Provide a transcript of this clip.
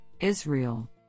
Israel